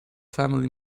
family